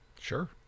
sure